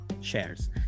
shares